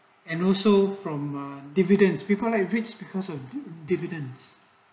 and also from ah dividends people if it's because of dividends